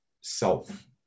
self